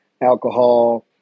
alcohol